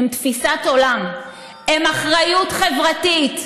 הם תפיסת עולם, הם אחריות חברתית,